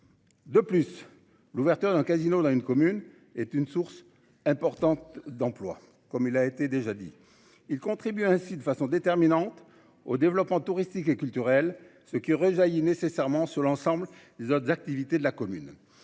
De plus, l'ouverture d'un casino là une commune est une source importante d'emplois comme il a été déjà dit il contribue ainsi de façon déterminante au développement touristique et culturel ce qui rejaillit nécessairement sur l'ensemble des autres activités de la commune